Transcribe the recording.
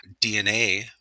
DNA